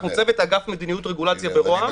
אנחנו צוות אגף מדיניות רגולציה במשרד ראש הממשלה.